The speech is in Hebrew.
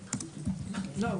בעולם.